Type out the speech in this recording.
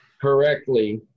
correctly